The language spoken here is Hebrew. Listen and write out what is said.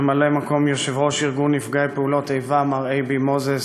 ממלא-מקום יושב-ראש ארגון נפגעי פעולות איבה מר אייבי מוזס,